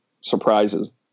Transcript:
surprises